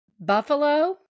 Buffalo